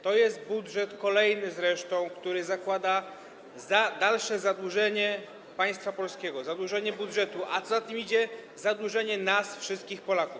To jest budżet, kolejny zresztą, który zakłada dalsze zadłużanie państwa polskiego, zadłużanie budżetu, a co za tym idzie, zadłużanie nas, wszystkich Polaków.